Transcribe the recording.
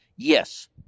Yes